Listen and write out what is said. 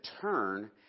turn